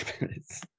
minutes